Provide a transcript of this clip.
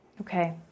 Okay